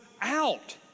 out